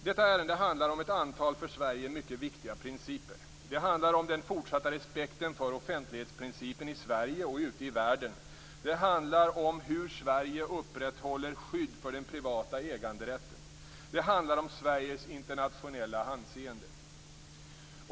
Detta ärende handlar om ett antal för Sverige mycket viktiga principer. Det handlar om den fortsatta respekten för offentlighetsprincipen i Sverige och ute i världen. Det handlar om hur Sverige upprätthåller skydd för den privata äganderätten. Det handlar om Sveriges internationella anseende.